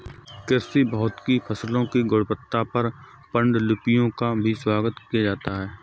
कृषि भौतिकी फसलों की गुणवत्ता पर पाण्डुलिपियों का भी स्वागत किया जाता है